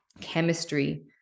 chemistry